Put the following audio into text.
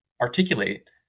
articulate